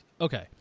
okay